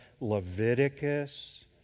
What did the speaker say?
Leviticus